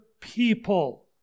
people